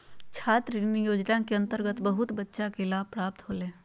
छात्र ऋण योजना के अंतर्गत बहुत बच्चा के लाभ प्राप्त होलय